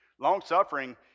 Long-suffering